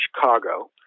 Chicago